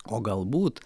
o galbūt